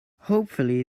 hopefully